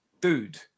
dude